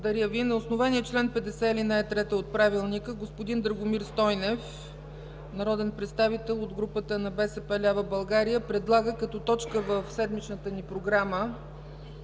не е прието. На основание чл. 50, ал. 3 от Правилника господин Драгомир Стойнев, народен представител от групата на БСП лява България, предлага като точка в седмичната ни програма